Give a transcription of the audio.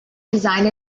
designed